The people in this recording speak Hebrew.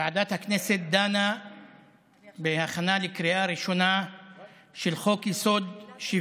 ועדת הכנסת דנה בהכנה לקריאה ראשונה של חוק-יסוד: השוויון.